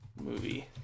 movie